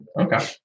Okay